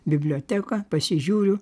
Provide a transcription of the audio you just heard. biblioteką pasižiūriu